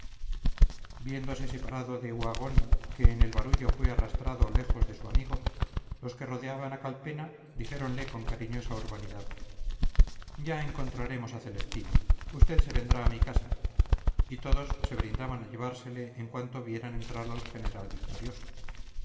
viéndose separado de uhagón que en el barullo fue arrastrado lejos de su amigo los que rodeaban a calpena dijéronle con cariñosa urbanidad ya encontraremos a celestino usted se vendrá a mi casa y todos se brindaban a llevársele en cuanto vieran entrar al general victorioso